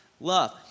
love